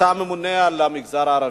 אתה ממונה על המגזר הערבי.